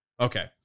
okay